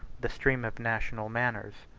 the stream of national manners.